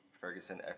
Ferguson